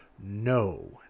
No